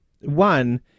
One